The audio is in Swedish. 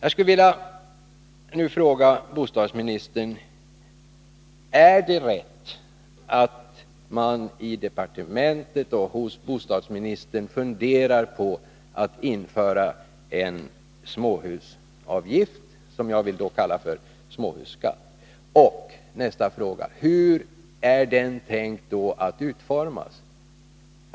Är det riktigt att bostadsministern och departementet funderar på att införa en småhusavgift eller — som jag vill kalla det — en småhusskatt? Nr 90 Hur är den i så fall tänkt att utformas?